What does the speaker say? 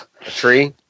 tree